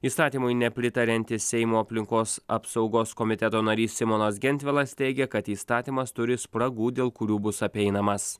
įstatymui nepritariantis seimo aplinkos apsaugos komiteto narys simonas gentvilas teigia kad įstatymas turi spragų dėl kurių bus apeinamas